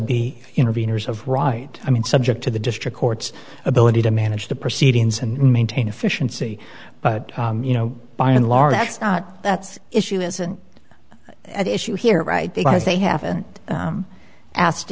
be interveners of right i mean subject to the district court's ability to manage the proceedings and maintain efficiency but you know by and large that's not that's issue isn't at issue here right because they haven't asked